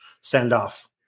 send-off